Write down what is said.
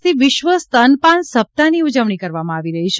આજથી વિશ્વ સ્તનપાન સપ્તાહની ઉજવણી કરવામાં આવી રહી છે